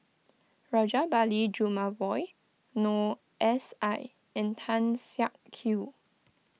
Rajabali Jumabhoy Noor S I and Tan Siak Kew